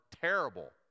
terrible